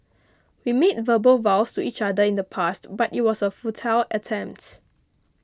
we made verbal vows to each other in the past but it was a futile attempt